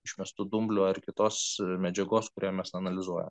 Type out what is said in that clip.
išmestų dumblių ar kitos medžiagos kurią mes analizuojam